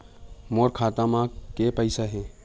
मोर खाता म के पईसा हे?